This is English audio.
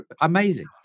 amazing